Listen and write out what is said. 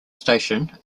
station